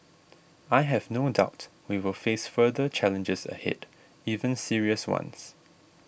I have no doubt we will face further challenges ahead even serious ones